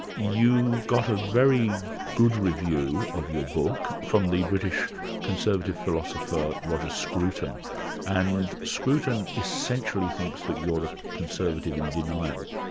you got a very good review of your book from the british conservative philosopher roger scruton and scruton essentially thinks that you're a conservative in denial.